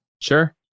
Sure